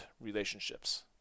relationships